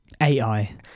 A-I